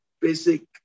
basic